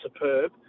superb